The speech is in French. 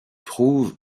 prouve